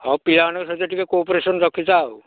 ହଉ ପିଲାମାନଙ୍କ ସହିତ ଟିକିଏ କୋପରେସନ୍ ରଖିଥା ଆଉ